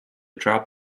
drop